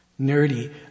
nerdy